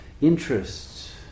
interests